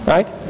Right